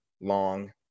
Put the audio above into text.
long